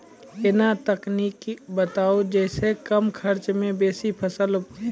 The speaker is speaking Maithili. ऐहन तकनीक बताऊ जै सऽ कम खर्च मे बेसी फसल उपजे?